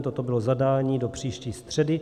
Toto bylo zadání do příští středy.